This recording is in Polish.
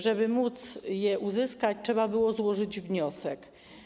Żeby móc je uzyskać, trzeba było złożyć wniosek.